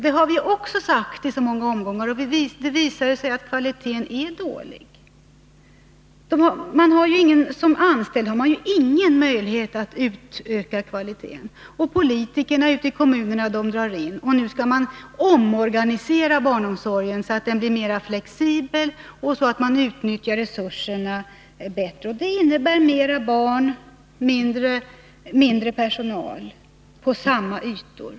Det har vi också sagt i många omgångar, men det har visat sig att kvaliteten är dålig. Som anställd har man ju ingen möjlighet att utöka kvaliteten, och politikerna ute i kommunerna drar in på medlen. Nu skall man omorganisera barnomsorgen, så att den blir mera flexibel och så att man utnyttjar resurserna bättre. Det innebär flera barn och mindre personal på samma ytor.